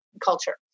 culture